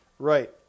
Right